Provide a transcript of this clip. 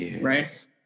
Right